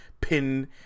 pin